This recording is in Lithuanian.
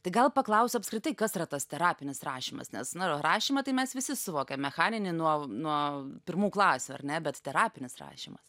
tai gal paklausiu apskritai kas yra tas terapinis rašymas nes nu rašymą tai mes visi suvokiam mechaninį nuo nuo pirmų klasių ar ne bet terapinis rašymas